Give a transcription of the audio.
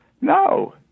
No